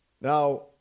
Now